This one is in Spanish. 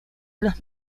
los